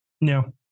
no